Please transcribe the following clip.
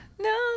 no